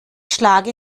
schlage